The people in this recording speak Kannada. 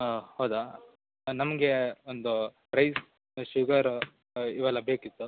ಹಾಂ ಹೌದಾ ನಮ್ಗೆ ಒಂದು ರೈಸ್ ಶುಗರು ಇವೆಲ್ಲ ಬೇಕಿತ್ತು